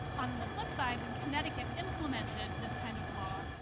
on the flip side, when connecticut implemented this kind of law,